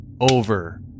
over